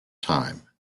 time